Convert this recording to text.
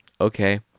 okay